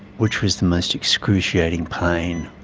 which was the most excruciating pain